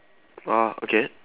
orh okay